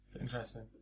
Interesting